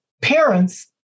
parents